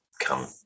come